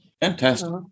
Fantastic